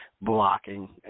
blocking